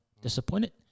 disappointed